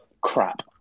crap